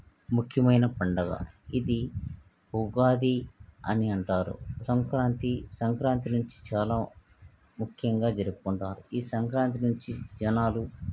ముఖ్యమైన పండగ ఇది ఉగాది అని అంటారు సంక్రాంతి సంక్రాంతి నుంచి చాలా ముఖ్యంగా జరుపుకుంటారు ఈ సంక్రాంతి నుంచి జనాలు